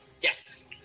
Yes